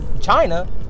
china